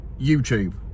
YouTube